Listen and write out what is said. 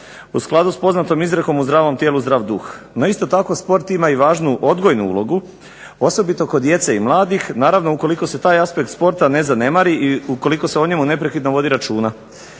u skladu s poznatom izrekom "u zdravom tijelu, zdrav duh", no isto tako sport ima i važnu odgojnu ulogu osobito kod djece i mladih, naravno ukoliko se taj aspekt sporta ne zanemari i ukoliko se o njemu neprekidno vodi računa.